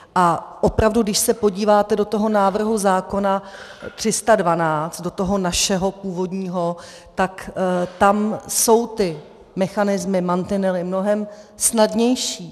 A opravdu, když se podíváte do toho návrhu zákona 312, do toho našeho původního, tak tam jsou ty mechanismy, mantinely mnohem snadnější.